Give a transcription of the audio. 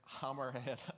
Hammerhead